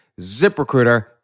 ZipRecruiter